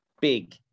big